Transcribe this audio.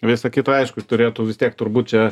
visa kita aiškus turėtų vis tiek turbūt čia